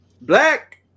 Black